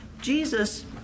Jesus